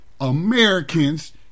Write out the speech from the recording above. Americans